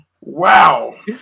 wow